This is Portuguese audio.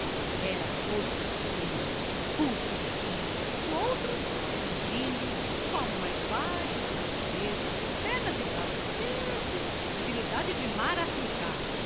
era a força tranqüila o pulso de chumbo o outro franzino um palmo mais baixo que o português pernas e braços secos agilidade de maracajá